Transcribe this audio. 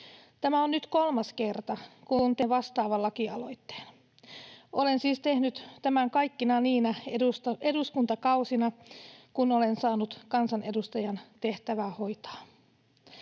Tämä on nyt kolmas kerta, kun tein vastaavan lakialoitteen. Olen siis tehnyt tämän kaikkina niinä eduskuntakausina, kun olen saanut kansanedustajan tehtävää hoitaa.